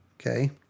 okay